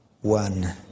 one